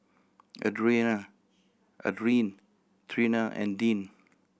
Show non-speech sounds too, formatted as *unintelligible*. *unintelligible* Adrienne Trina and Deane